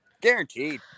Guaranteed